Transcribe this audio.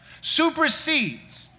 supersedes